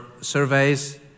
surveys